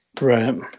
Right